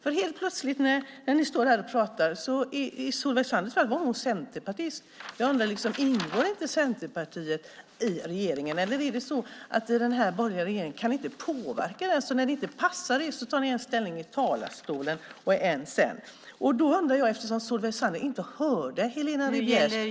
När Solveig Zander stod här och pratade var hon helt plötsligt centerpartist. Jag undrar om Centerpartiet inte ingår i regeringen. Eller är det så i den här borgerliga regeringen att ni inte kan påverka den och när det inte passar er tar ni en ställning i talarstolen och en annan sedan? Eftersom Solveig Zander inte hörde Helena Rivières .